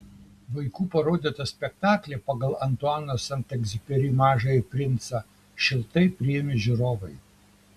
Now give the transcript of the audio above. vaikų parodytą spektaklį pagal antuano sent egziuperi mažąjį princą šiltai priėmė žiūrovai